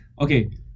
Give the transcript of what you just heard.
Okay